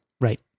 Right